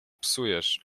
psujesz